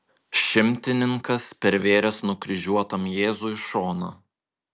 šimtininkas pervėręs nukryžiuotam jėzui šoną